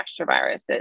astroviruses